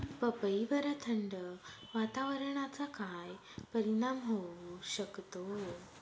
पपईवर थंड वातावरणाचा काय परिणाम होऊ शकतो?